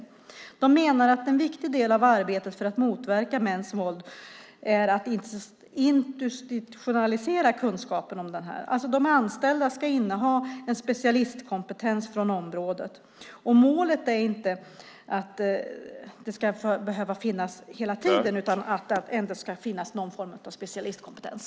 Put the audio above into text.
De menar att en viktig del av arbetet för att motverka mäns våld är att institutionalisera kunskapen om det. De anställda ska alltså inneha specialistkompetens på området. Målet är inte att det ska behöva finnas hela tiden men att det ändå ska finnas någon form av specialistkompetens.